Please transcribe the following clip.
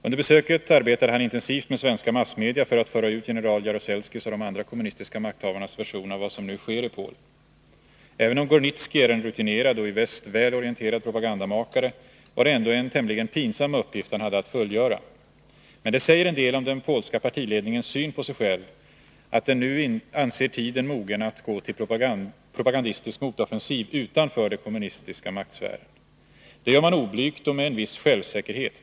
Under besöket arbetade han intensivt med svenska massmedia för att föra ut general Jaruzelskis och de andra kommunistiska makthavarnas version av vad som nu sker i Polen. Även om Gornicki är en rutinerad — och i väst väl orienterad — propagandamakare var det ändå en tämligen pinsam uppgift han hade att fullgöra. Men det säger en del om den polska partiledningens syn på sig själv, att den nu anser tiden mogen att gå till propagandistisk motoffensiv utanför den kommunistiska maktsfären. Det gör man oblygt och med en viss självsäkerhet.